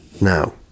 now